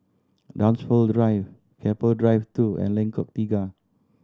Dunsfold Drive Keppel Drive Two and Lengkok Tiga